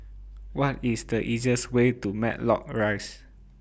What IS The easiest Way to Matlock Rise